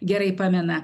gerai pamena